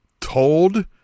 told